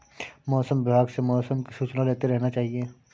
मौसम विभाग से मौसम की सूचना लेते रहना चाहिये?